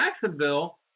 Jacksonville